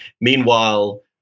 Meanwhile